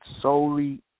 solely